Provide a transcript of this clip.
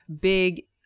big